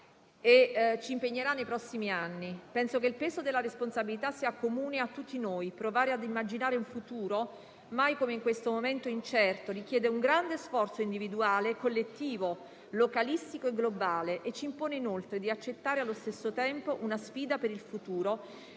e ci impegnerà nei prossimi anni. Penso che il peso della responsabilità sia comune a tutti noi: provare ad immaginare un futuro, mai come in questo momento incerto, richiede un grande sforzo individuale e collettivo, localistico e globale, e ci impone inoltre di accettare allo stesso tempo una sfida per il futuro